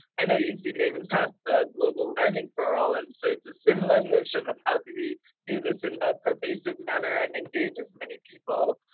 and know uc davis has the global learning for all, and so it's a similar notion of how do we do this in a pervasive manner and engage as many people.